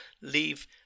leave